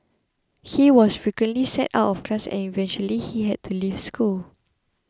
he was frequently sent out of class and eventually he had to leave school